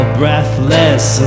breathless